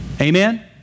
Amen